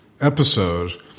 episode